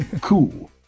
cool